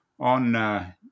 on